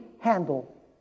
handle